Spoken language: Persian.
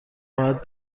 باید